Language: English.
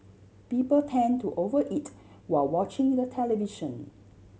people tend to over eat while watching the television